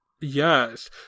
Yes